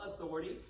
authority